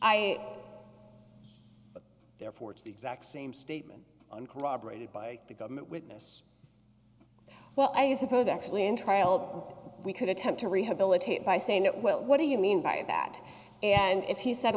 i therefore it's the exact same statement uncorroborated by the government witness well as opposed actually in trial we could attempt to rehabilitate by saying that well what do you mean by that and if he said